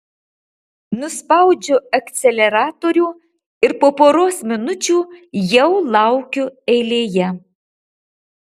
nuspaudžiu akceleratorių ir po poros minučių jau laukiu eilėje